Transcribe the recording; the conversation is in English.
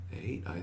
eight